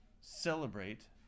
celebrate